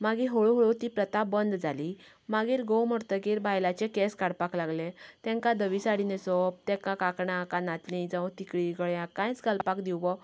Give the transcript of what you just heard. मागीर हळू हळू ती प्रथा बंद जाली मागीर घोव मरतकीर बायलांचें केंस काडपाक लागलें तेंकां धवी साडी न्हेसोवप तेंकां काकणां कानांतली जावं तिकळीं गळ्यांत कांयच घालपाक दिवप ना